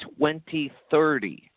2030